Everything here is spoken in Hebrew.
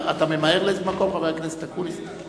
אתה ממהר לאיזה מקום, חבר הכנסת אקוניס?